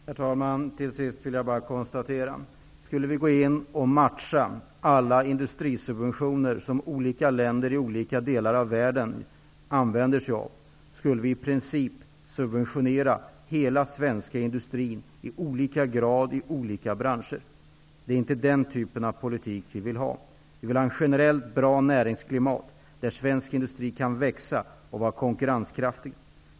Herr talman! Till sist vill jag bara konstatera att om vi skulle matcha alla de industrisubventioner som olika länder i olika delar av världen använder, skulle vi i princip subventionera hela den svenska industrin i olika hög grad i olika branscher. Det är inte den typen av politik som vi vill föra. Vi vill ha ett generellt bra näringsklimat, där svensk industri kan växa och vara konkurrenskraftig.